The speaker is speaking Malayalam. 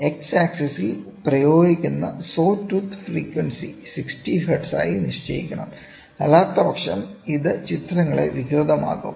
എക്സ് ആക്സിസിൽ പ്രയോഗിക്കുന്ന സോ ടൂത്ത് ഫ്രീക്വൻസി 60 ഹെർട്സ് ആയി നിശ്ചയിക്കണം അല്ലാത്തപക്ഷം ഇത് ചിത്രങ്ങളെ വികൃതമാകും